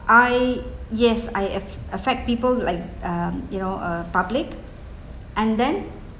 I yes I have af~ affect people like uh you know uh public and then